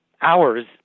hours